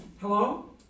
Hello